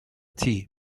tea